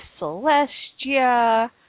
Celestia